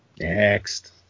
Next